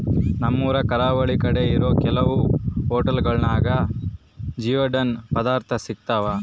ನಮ್ಮೂರು ಕರಾವಳಿ ಕಡೆ ಇರೋ ಕೆಲವು ಹೊಟೆಲ್ಗುಳಾಗ ಜಿಯೋಡಕ್ ಪದಾರ್ಥ ಸಿಗ್ತಾವ